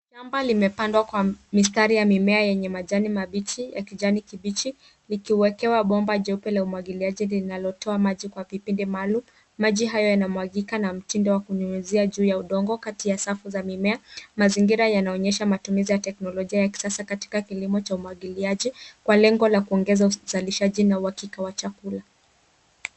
Shamba limepandwa kwa mistari ya mimea yenye majani mabichi ya kijani kibichi, likiwekewa bomba jeupe la umwagiliaji, linalotoa maji kwa vipindi maalum. Maji hayo yanamwagika na mtindo wa kunyunyizia juu ya udongo, kati ya safu za mimea. Mazingira yanaonyesha matumizi ya teknolojia ya kisasa katika kilimo cha umwagiliaji, kwa lengo la kuongeza uzalishaji, na uhakika wa chakula.